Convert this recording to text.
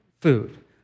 food